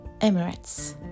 Emirates